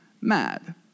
mad